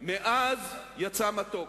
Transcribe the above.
מעז יצא מתוק.